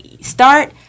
start